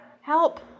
help